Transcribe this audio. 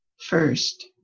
First